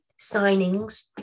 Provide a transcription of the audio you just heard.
signings